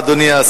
מה אדוני השר,